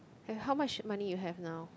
eh how much money you have now